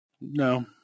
No